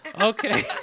Okay